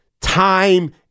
time